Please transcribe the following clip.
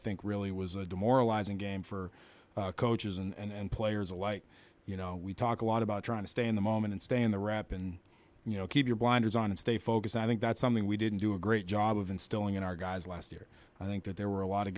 think really was a demoralizing game for coaches and players alike you know we talk a lot about trying to stay in the moment and stay in the rap and you know keep your blinders on and stay focused and i think that's something we didn't do a great job of instilling in our guys last year i think that there were a lot of